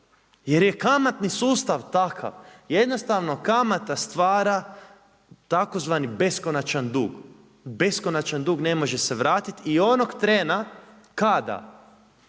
Jer je kamatni sustav takav, jednostavno kamata stvara tzv. beskonačan dug. Beskonačan dug ne može se vratiti i onog trena kada